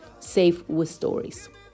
SafeWithStories